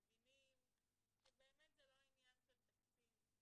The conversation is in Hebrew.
מבינים שבאמת זה לא עניין של תקציב,